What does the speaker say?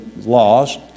laws